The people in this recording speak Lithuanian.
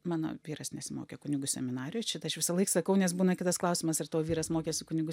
mano vyras nesimokė kunigų seminarijoj šitą aš visąlaik sakau nes būna kitas klausimas ar tavo vyras mokėsi kunigų